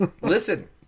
Listen